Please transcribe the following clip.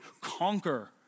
conquer